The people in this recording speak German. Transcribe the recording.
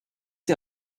sie